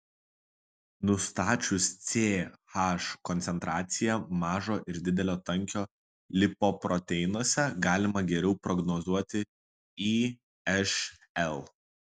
nustačius ch koncentraciją mažo ir didelio tankio lipoproteinuose galima geriau prognozuoti išl